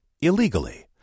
illegally